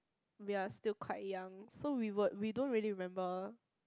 we are still quite young so we won't we don't really remember